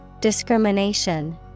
Discrimination